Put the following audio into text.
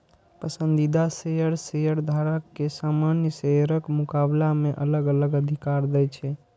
पसंदीदा शेयर शेयरधारक कें सामान्य शेयरक मुकाबला मे अलग अलग अधिकार दै छै